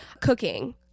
cooking